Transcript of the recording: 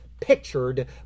pictured